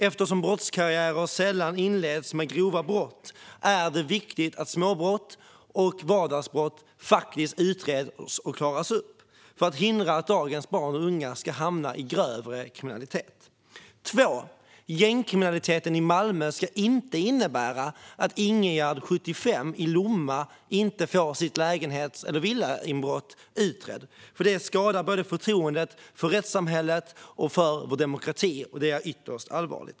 Eftersom brottskarriärer sällan inleds med grova brott är det viktigt att småbrott och vardagsbrott utreds och klaras upp. Vi måste förhindra att dagens barn och unga hamnar i grövre kriminalitet. Gängkriminaliteten i Malmö ska inte innebära att lägenhets eller villainbrottet hos Ingegärd, 75, i Lomma inte blir utrett. Det skadar förtroendet för både rättssamhället och demokratin, vilket är ytterst allvarligt.